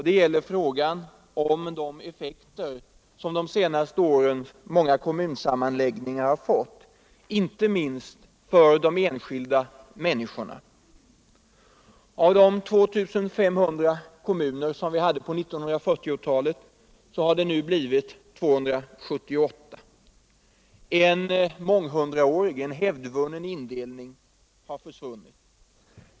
Det är frågan om de effekter som de senaste årens kommunsammanslagningar har fått, inte minst för de enskilda människorna. Av de 2 500 kommuner som vi hade på 1940-talet har det nu blivit 278. En månghundraårig, hävdvunnen indelning har försvunnit.